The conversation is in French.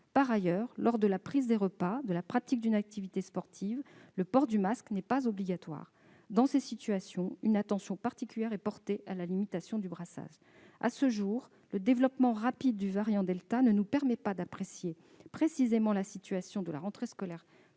Par ailleurs, lors de la prise des repas, de la pratique d'une activité sportive, le port du masque n'est pas obligatoire. Dans ces situations, une attention particulière est portée à la limitation du brassage. À ce jour, le développement rapide du variant delta ne nous permet pas d'apprécier précisément la situation de la rentrée scolaire